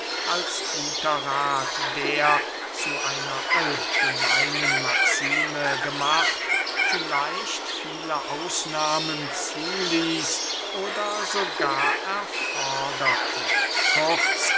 als guter rath der zu einer allgemeinen maxime gemacht vielleicht viele ausnahmen zuließ oder sogar erforderte kurz